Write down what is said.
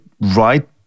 right